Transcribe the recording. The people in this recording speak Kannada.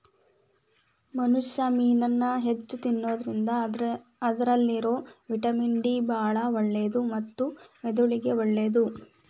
ಮನುಷ್ಯಾ ಮೇನನ್ನ ಹೆಚ್ಚ್ ತಿನ್ನೋದ್ರಿಂದ ಅದ್ರಲ್ಲಿರೋ ವಿಟಮಿನ್ ಡಿ ಬಾಳ ಒಳ್ಳೇದು ಮತ್ತ ಮೆದುಳಿಗೂ ಒಳ್ಳೇದು